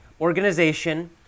organization